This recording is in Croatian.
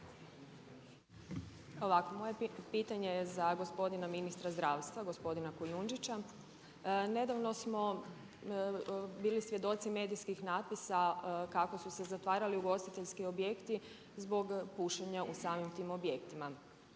ovako moje pitanje je za gospodina ministra zdravstva, gospodina Kujundžića. Nedavno smo bili svjedoci medijskih natpisa kako su se zatvarali ugostiteljski objekti zbog pušenja u samim tim objektima.